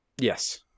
Yes